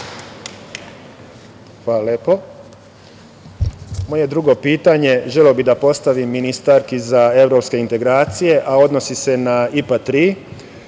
Hvala lepo. Moje drugo pitanje želeo bih da postavim ministarki za evropske integracije, a odnosi se na IPA